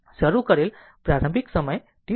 શરૂ કરેલ પ્રારંભિક સમય t0 0